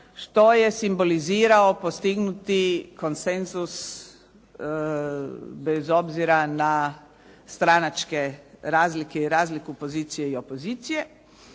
što je simbolizirao postignuti konsenzus bez obzira na stranačke razlike i razliku pozicije i opozicije